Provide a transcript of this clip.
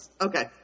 okay